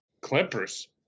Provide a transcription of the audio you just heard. Clippers